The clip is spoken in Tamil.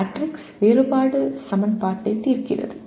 மேட்ரிக்ஸ் வேறுபாடு சமன்பாட்டை தீர்க்கிறது